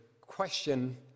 question